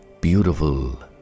beautiful